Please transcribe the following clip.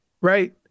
Right